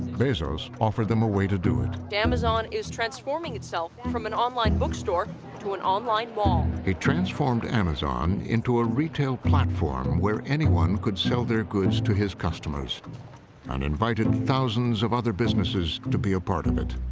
bezos offered them a way to do it. amazon is transforming itself from an online bookstore to an online mall. narrator he transformed amazon into a retail platform where anyone could sell their goods to his customers and invited thousands of other businesses to be a part of it.